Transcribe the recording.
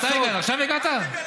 מתי הגעת?